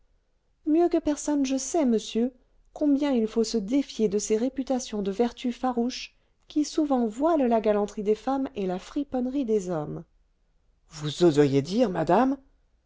mieux que personne je sais monsieur combien il faut se défier de ces réputations de vertu farouche qui souvent voilent la galanterie des femmes et la friponnerie des hommes vous oseriez dire madame